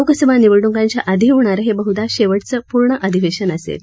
लोकसभा निवडणुकांच्या आधी होणारं हे बहुधा शेवटचं पूर्ण अधिवेशन असेल